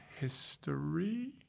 history